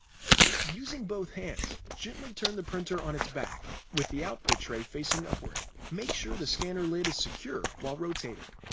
using both hands, gently turn the printer on its back with the output tray facing upward. make sure the scanner lid is secure while rotating.